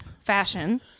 fashion